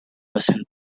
person